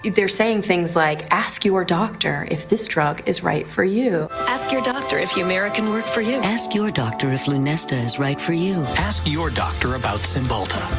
they're saying things like ask your doctor if this drug is right for you ask your doctor if humira can work for you. ask your doctor if lunesta is right for you. ask your doctor about cymbalta.